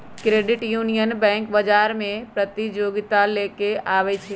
credit union bank बजार में प्रतिजोगिता लेके आबै छइ